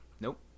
Nope